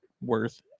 worth